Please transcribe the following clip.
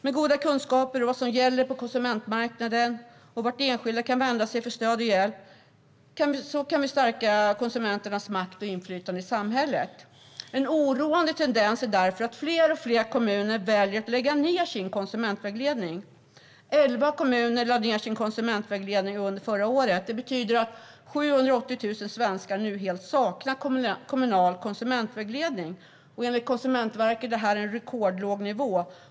Med goda kunskaper om vad som gäller på konsumentmarknaden och vart enskilda kan vända sig för stöd och hjälp kan vi stärka konsumenternas makt och inflytande i samhället. En oroande tendens är därför att fler och fler kommuner väljer att lägga ned sin konsumentvägledning. Elva kommuner lade ned sin konsumentvägledning under förra året. Det betyder att 780 000 svenskar nu helt saknar kommunal konsumentvägledning. Enligt Konsumentverket är detta en rekordlåg nivå.